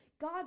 God